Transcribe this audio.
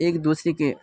ایک دوسرے کے